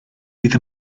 bydd